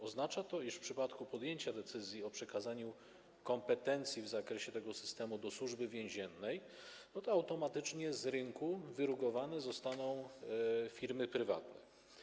Oznacza to, iż w przypadku podjęcia decyzji o przekazaniu kompetencji w zakresie tego systemu do Służby Więziennej automatycznie z rynku wyrugowane zostaną firmy prywatne.